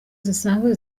zisanzwe